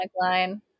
line